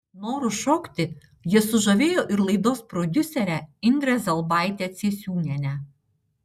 noru šokti jie sužavėjo ir laidos prodiuserę indrę zelbaitę ciesiūnienę